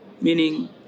meaning